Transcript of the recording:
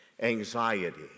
Anxiety